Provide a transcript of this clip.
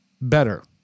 better